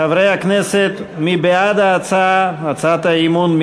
חברי הכנסת, מי בעד ההצעה, הצעת האי-אמון?